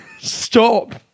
Stop